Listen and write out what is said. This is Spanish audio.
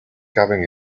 caben